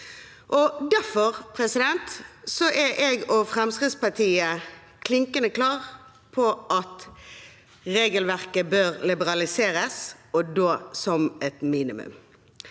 Derfor er jeg og Fremskrittspartiet klinkende klare på at regelverket bør liberaliseres, og da som et minimum.